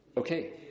Okay